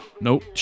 nope